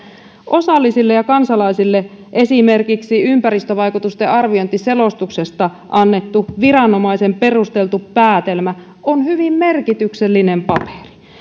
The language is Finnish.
osallisille ja kansalaisille esimerkiksi ympäristövaikutusten arviointiselostuksesta annettu viranomaisen perusteltu päätelmä on hyvin merkityksellinen paperi